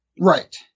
Right